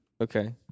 Okay